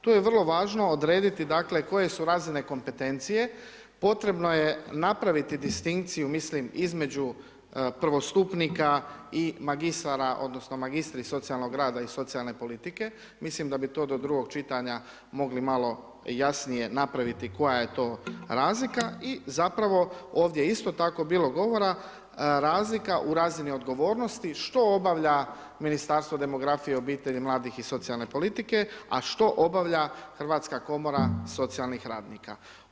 Tu je vrlo važno odrediti dakle koje su razine kompetencije, potrebno je napraviti distinkciju mislim između prvostupnika i magistara odnosno magistri socijalnog rada i socijalne politike, mislim da bi to do drugog čitanja mogli malo jasnije napraviti koja je to razlika i zapravo ovdje isto tako je bilo govora, razlika u razini odgovornosti, što obavlja Ministarstvo demografije, obitelji, mladih i socijalne politike, a što obavlja Hrvatska komora socijalnih radnika.